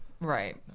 Right